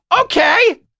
okay